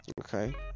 Okay